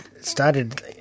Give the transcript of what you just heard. started